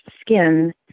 skin